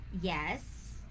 yes